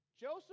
Joseph